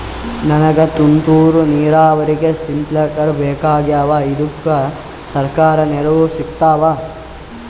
ನನಗ ತುಂತೂರು ನೀರಾವರಿಗೆ ಸ್ಪಿಂಕ್ಲರ ಬೇಕಾಗ್ಯಾವ ಇದುಕ ಸರ್ಕಾರಿ ನೆರವು ಸಿಗತ್ತಾವ?